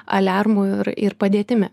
aliarmu ir ir padėtimi